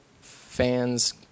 fans